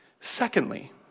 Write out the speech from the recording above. secondly